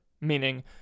Meaning